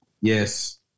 Yes